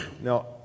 Now